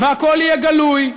והכול יהיה גלוי,